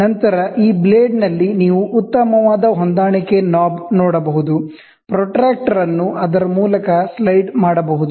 ನಂತರ ಈ ಬ್ಲೇಡ್ನಲ್ಲಿ ನೀವು ಉತ್ತಮವಾದ ಹೊಂದಾಣಿಕೆ ನಾಬ್ ನೋಡಬಹುದು ಪ್ರೊಟ್ರಾಕ್ಟರ್ ಅನ್ನು ಅದರ ಮೂಲಕ ಸ್ಲೈಡ್ ಮಾಡಬಹುದು